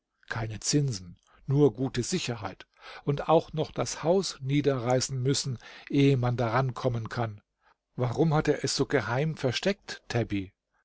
keine zinsen nur gute sicherheit und auch noch das haus niederreißen müssen ehe man daran kommen kann warum hat er es so geheim versteckt tabby